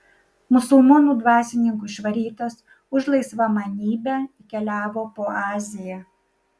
musulmonų dvasininkų išvarytas už laisvamanybę keliavo po aziją